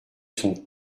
son